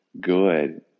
good